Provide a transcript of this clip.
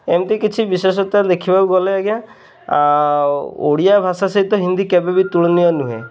ଏମିତି କିଛି ବିଶେଷତା ଦେଖିବାକୁ ଗଲେ ଆଜ୍ଞା ଓଡ଼ିଆ ଭାଷା ସହିତ ହିନ୍ଦୀ କେବେ ବି ତୁଳନୀୟ ନୁହେଁ